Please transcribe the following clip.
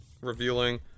revealing